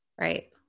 Right